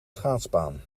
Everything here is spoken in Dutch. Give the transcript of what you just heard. schaatsbaan